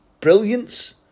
Brilliance